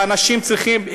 ואנשים צריכים,